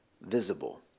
visible